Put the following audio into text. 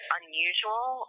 unusual